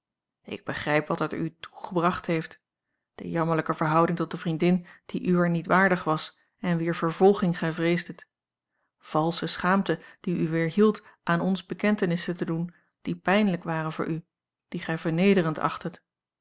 ik begrijp wat er u toe gebracht heeft de jammerlijke verhouding tot de vriendin die uwer niet waardig was en wier vervolging gij vreesdet valsche schaamte die u weerhield aan ons bekentenissen te doen die pijnlijk waren voor a l g bosboom-toussaint langs een omweg u die gij vernederend achttet